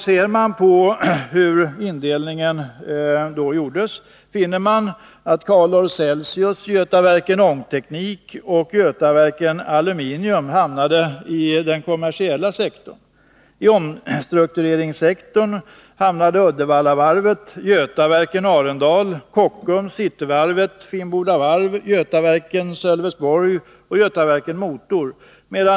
Ser man på hur indelningen gjordes, finner man att Calor-Celsius, Götaverken Ångteknik och Götaverken Aluminium hamnade i den kommersiella sektorn. I omstruktureringssektorn hamnade Uddevallavarvet, Götaverken Arendal, Kockums, Cityvarvet, Finnboda Varf, Götaverken Sölvesborg och Götaverken Motor.